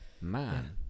man